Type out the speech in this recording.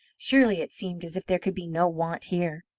surely it seemed as if there could be no want here.